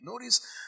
Notice